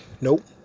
Nope